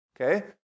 Okay